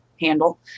handle